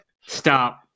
Stop